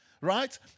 Right